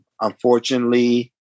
unfortunately